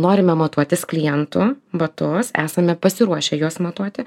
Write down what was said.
norime matuotis klientų batus esame pasiruošę juos matuoti